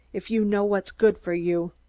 if you know what's good for you!